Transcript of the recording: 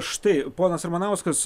štai ponas ramanauskas